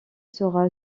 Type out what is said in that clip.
sera